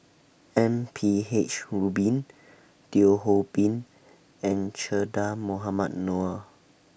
M P H Rubin Teo Ho Pin and Che Dah Mohamed Noor